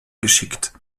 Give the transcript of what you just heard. geschickt